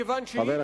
מכיוון שהיא